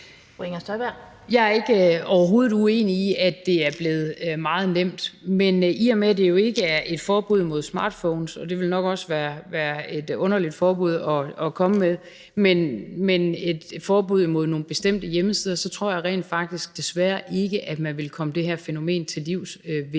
Jeg er overhovedet ikke uenig i, at det er blevet meget nemt, men i og med at det jo ikke er et forbud mod smartphones, og det vil nok også være et underligt forbud at komme med, men et forbud mod nogle bestemte hjemmesider, tror jeg rent faktisk desværre ikke, at man ville komme det her fænomen til livs ved det.